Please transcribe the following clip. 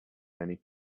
many